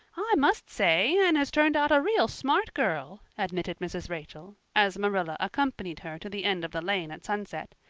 i must say anne has turned out a real smart girl, admitted mrs. rachel, as marilla accompanied her to the end of the lane at sunset.